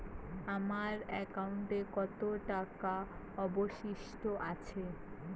আমার একাউন্টে কত টাকা অবশিষ্ট আছে?